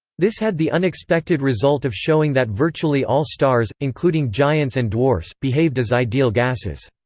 this had the unexpected result of showing that virtually all stars, including giants and dwarfs, behaved as ideal gases.